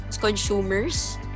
consumers